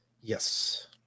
Yes